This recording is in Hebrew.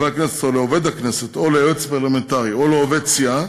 הכנסת או לעובד הכנסת או ליועץ פרלמנטרי או לעובד סיעה,